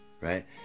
Right